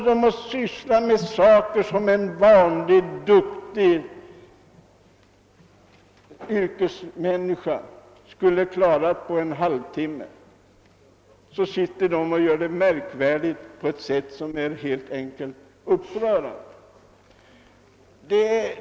De har sysslat med saker som en vanlig, duktig yrkesmänniska skulle klara på en halvtimme, men de sitter och gör det märkvärdigt på ett sätt som helt enkelt är upprörande.